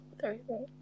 Thursday